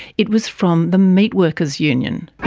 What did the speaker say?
it was from the meatworkers union.